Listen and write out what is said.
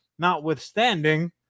notwithstanding